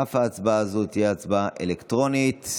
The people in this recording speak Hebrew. אף ההצבעה הזו תהיה הצבעה אלקטרונית.